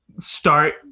start